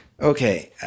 Okay